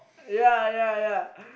yea yea yea